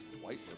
white